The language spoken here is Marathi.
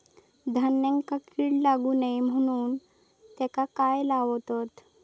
धान्यांका कीड लागू नये म्हणून त्याका काय लावतत?